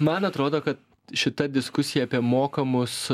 man atrodo ka šita diskusija apie mokamus